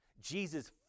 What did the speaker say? Jesus